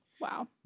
wow